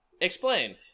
explain